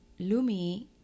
Lumi